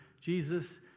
Jesus